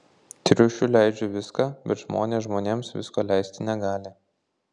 triušiui leidžiu viską bet žmonės žmonėms visko leisti negali